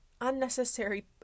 unnecessary